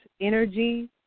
energy